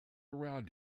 around